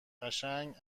قشنگ